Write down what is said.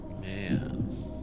Man